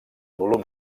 volum